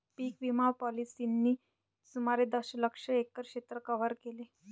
पीक विमा पॉलिसींनी सुमारे दशलक्ष एकर क्षेत्र कव्हर केले